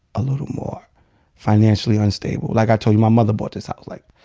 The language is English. a little more financially unstable. like i told you, my mother bought this house. like,